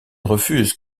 refuse